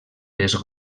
les